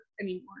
anymore